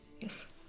Yes